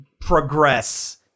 progress